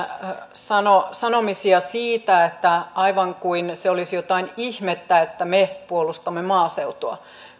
sanomisia siitä että aivan kuin se olisi jotain ihmettä että me puolustamme maaseutua